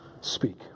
speak